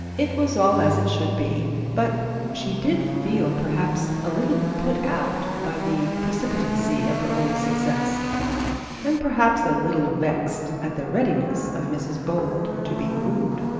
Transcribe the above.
it was all as it should be, but she did feel perhaps a little put out by the precipitancy of her own success and perhaps a little vexed at the readiness of mrs bold to be wooed.